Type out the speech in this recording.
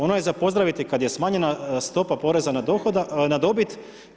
Ono je za pozdraviti kada je smanjena stopa poreza na dobit.